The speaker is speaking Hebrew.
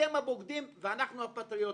אתם הבוגרים ואנחנו פטריוטים.